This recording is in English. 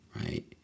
right